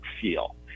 feel